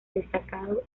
destacado